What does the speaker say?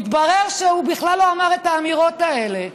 מתברר שהוא בכלל לא אמר את האמירות האלה.